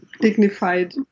dignified